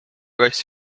kass